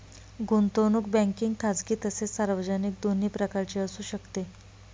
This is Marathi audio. गुंतवणूक बँकिंग खाजगी तसेच सार्वजनिक दोन्ही प्रकारची असू शकते